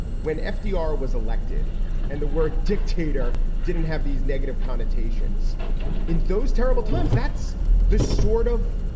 when fdr was elected and the word dictator didn't have these negative connotations in those terrible times. that's the sort of.